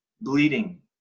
bleeding